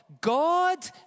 God